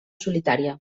solitària